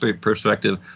perspective